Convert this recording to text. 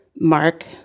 Mark